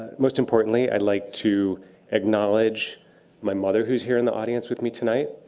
most importantly, i'd like to acknowledge my mother who's here in the audience with me tonight,